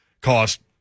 cost